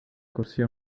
corsia